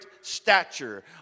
stature